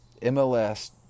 MLS